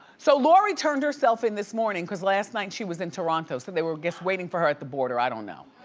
so lori turned herself in this morning because last night she was in toronto, so they were just waiting for her at the border, i don't know.